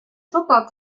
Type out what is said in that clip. football